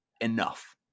enough